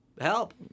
Help